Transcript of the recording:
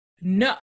no